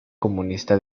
comunista